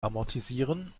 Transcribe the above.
amortisieren